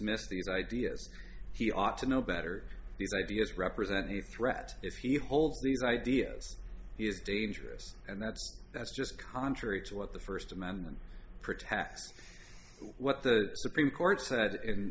miss these ideas he ought to know better these ideas represent a threat if he holds these ideas he's dangerous and that's that's just contrary to what the first amendment protests what the supreme court said in